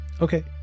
okay